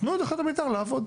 תנו לתכניות המתאר לעבוד.